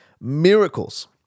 miracles